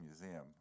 Museum